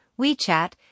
WeChat